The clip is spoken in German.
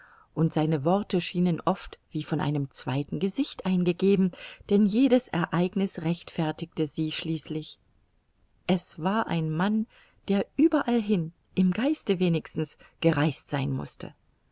und seine worte schienen oft wie von einem zweiten gesicht eingegeben denn jedes ereigniß rechtfertigte sie schließlich es war ein mann der überall hin im geiste wenigstens gereist sein mußte